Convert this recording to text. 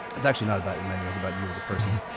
it's actually not about the menu, it's about you as a person,